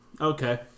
Okay